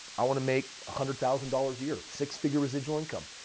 i want to make a hundred thousand dollars a year. six figure residual income.